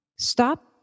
Stop